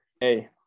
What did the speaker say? Hey